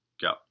Go